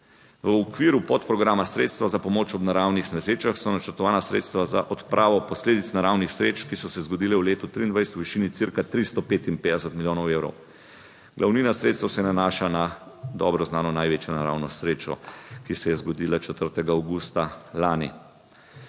V okviru podprograma Sredstva za pomoč ob naravnih nesrečah so načrtovana sredstva za odpravo posledic naravnih nesreč, ki so se zgodile v letu 2023, v višini cirka 355 milijonov evrov; glavnina sredstev se nanaša na dobro znano največjo naravno srečo, ki se je zgodila 4. avgusta lani.